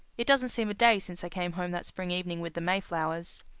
it doesn't seem a day since i came home that spring evening with the mayflowers.